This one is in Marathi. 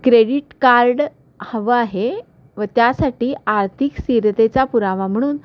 क्रेडिट कार्ड हवं आहे व त्यासाठी आर्थिक स्थिरतेचा पुरावा म्हणून